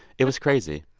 it was crazy.